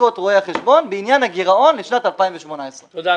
בדיקות רואי החשבון בעניין הגירעון לשנת 2018. תודה.